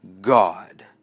God